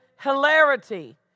hilarity